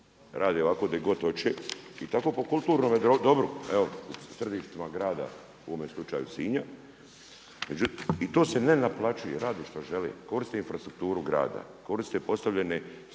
rade ovako gdje god hoće i tako po kulturnome dobru. … u ovome slučaju Sinja i to se ne naplaćuje, rade što žele, koriste infrastrukturu grada, koriste postavljene